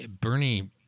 Bernie